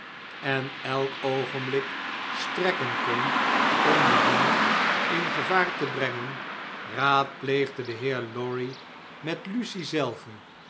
en elk oogenblik strekken kon om de bank in gevaar te brengen raadpleegde de heer lorry met lucie zelve